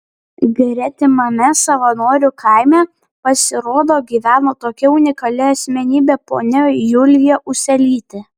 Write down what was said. gretimame savanorių kaime pasirodo gyveno tokia unikali asmenybė ponia julija uselytė